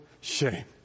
shame